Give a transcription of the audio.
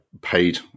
paid